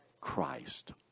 Christ